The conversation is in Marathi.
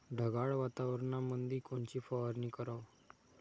ढगाळ वातावरणामंदी कोनची फवारनी कराव?